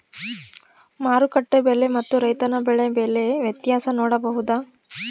ಮಾರುಕಟ್ಟೆ ಬೆಲೆ ಮತ್ತು ರೈತರ ಬೆಳೆ ಬೆಲೆ ವ್ಯತ್ಯಾಸ ನೋಡಬಹುದಾ?